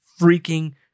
freaking